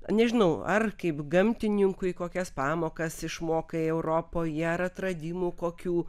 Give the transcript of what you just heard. nežinau ar kaip gamtininkui kokias pamokas išmokai europoje ar atradimų kokių